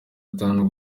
atanu